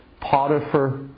Potiphar